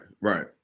right